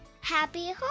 happy